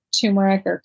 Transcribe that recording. turmeric